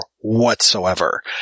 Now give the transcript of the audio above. whatsoever